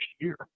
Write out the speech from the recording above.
year